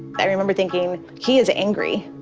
i remember thinking he is angry.